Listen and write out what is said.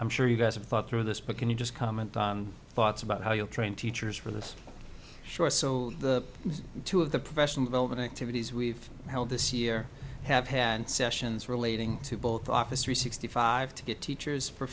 i'm sure you guys have thought through this but can you just comment thoughts about how you train teachers for this short so the two of the professional development activities we've held this year have had sessions relating to both office three sixty five to get teachers for